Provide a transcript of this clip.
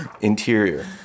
interior